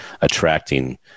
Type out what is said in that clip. attracting